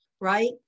right